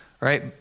right